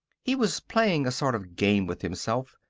he was playing a sort of game with himself,